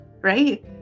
right